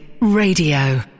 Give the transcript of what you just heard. Radio